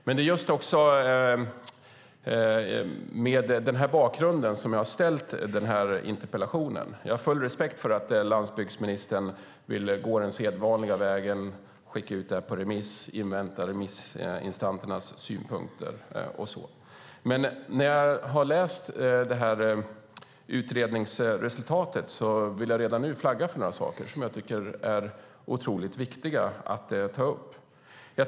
Det är mot denna bakgrund jag har ställt interpellationen. Jag har full respekt för att landsbygdsministern vill gå den sedvanliga vägen och skicka ut det på remiss och invänta remissinstansernas synpunkter. Efter att ha läst utredningsresultatet vill jag dock redan nu flagga för några saker som är viktiga att ta upp.